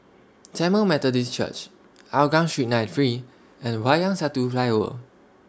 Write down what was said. Tamil Methodist Church Hougang Street ninety three and Wayang Satu Flyover